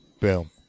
Boom